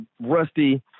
rusty